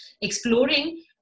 exploring